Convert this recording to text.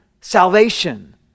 salvation